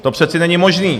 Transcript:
To přece není možné.